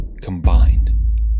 combined